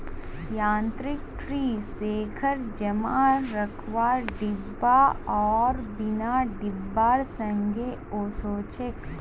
यांत्रिक tree shaker जमा रखवार डिब्बा आर बिना डिब्बार संगे ओसछेक